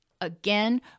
Again